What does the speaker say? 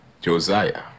Josiah